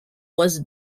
was